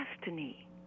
destiny